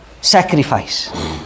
sacrifice